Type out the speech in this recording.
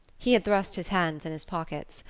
he had thrust his hands in his pockets,